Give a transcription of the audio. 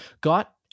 got